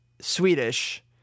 Swedish